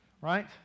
right